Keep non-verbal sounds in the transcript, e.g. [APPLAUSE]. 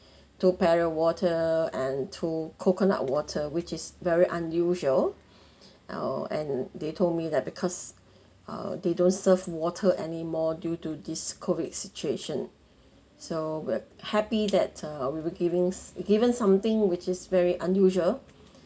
two water and two coconut water which is very unusual [BREATH] uh and they told me that because uh they don't serve water anymore due these COVID situation so we're happy that uh we were giving given something which is very unusual